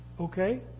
Okay